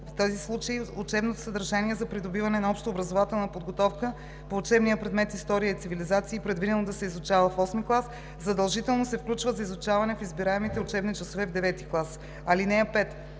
В тези случаи учебното съдържание за придобиване на общообразователна подготовка по учебния предмет история и цивилизации, предвидено да се изучава в VIII клас, задължително се включва за изучаване в избираемите учебни часове в IX клас. (5)